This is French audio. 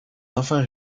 enfants